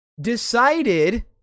decided